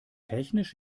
technisch